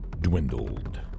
dwindled